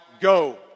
go